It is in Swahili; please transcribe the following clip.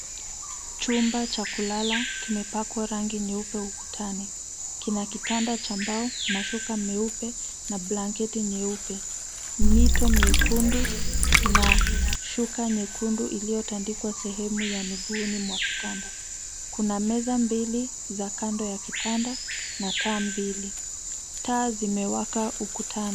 Chumba cha kulala kimepakwa rangi nyeupe ukutani. Kina kitanda cha mbao, mashuka meupe na blanketi nyeupe. Mito miekundu na shuka nyekundu iliyotandikwa sehemu ya miguuni mwa kitanda. Kuna meza mbili za kando ya kitanda na taa mbili. Taa zimewaka ukutani.